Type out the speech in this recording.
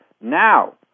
Now